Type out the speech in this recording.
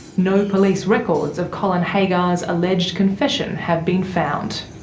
no police records of colin haggar's alleged confession have been found.